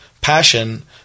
passion